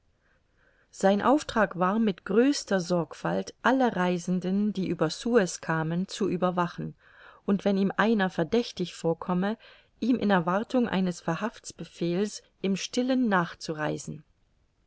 sein auftrag war mit größter sorgfalt alle reisenden die über suez kamen zu überwachen und wenn ihm einer verdächtig vorkomme ihm in erwartung eines verhaftsbefehls im stillen nachzureisen